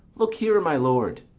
look here, my lord!